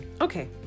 Okay